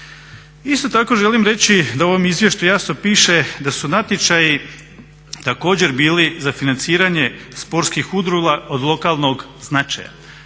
Isto tako želim reći da u ovom izvješću jasno piše da su natječaji također bili za financiranje sportskih udruga od lokalnog značaja.